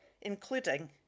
including